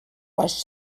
was